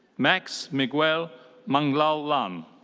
max miguel manglal-lan.